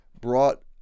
brought